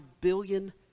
billion